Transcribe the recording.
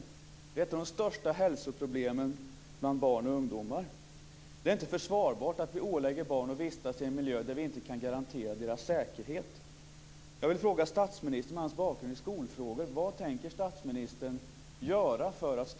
Den är ett av de största hälsoproblemen bland barn och ungdomar. Det är inte försvarbart att vi ålägger barn att vistas i en miljö där vi inte kan garantera deras säkerhet.